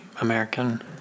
American